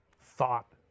thought